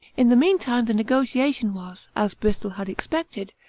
in the mean time the negotiation was, as bristol had expected,